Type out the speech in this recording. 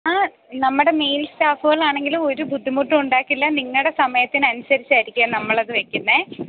ആ നമ്മുടെ മെയിൽ സ്റ്റാഫുകളാണെങ്കിൽ ഒരു ബുദ്ധിമുട്ടുണ്ടാക്കില്ല നിങ്ങളുടെ സമയത്തിനനുസരിച്ചായിരുക്കും നമ്മളത് വെയ്ക്കുന്നത്